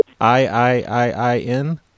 I-I-I-I-N